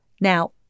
Now